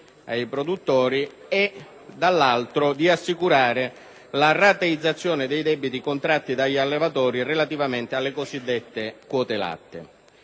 ai produttori e, dall'altro, di assicurare la rateizzazione dei debiti contratti dagli allevatori relativamente alle cosiddette quote latte.